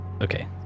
okay